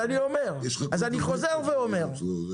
"אז אני אומר", "אז אני חוזר ואומר".